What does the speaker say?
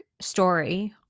story